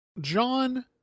john